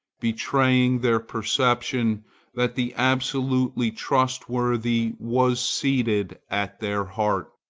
betraying their perception that the absolutely trustworthy was seated at their heart,